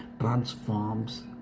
transforms